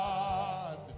God